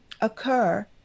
occur